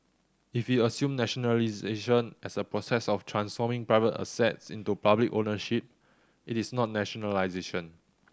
if we assume nationalisation as the process of transforming private assets into public ownership it is not nationalisation